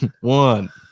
one